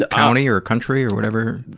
ah county, or country or whatever?